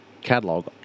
catalog